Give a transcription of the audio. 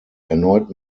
erneut